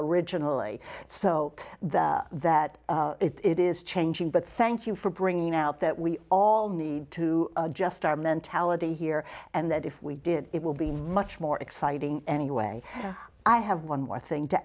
originally so that it is changing but thank you for bringing out that we all need to adjust our mentality here and that if we did it will be much more exciting anyway i have one more thing to